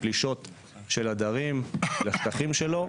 מפלישות של עדרים לשטחים שלו.